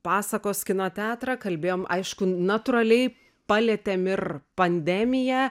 pasakos kino teatrą kalbėjom aišku natūraliai palietėm ir pandemiją